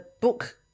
book